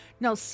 Now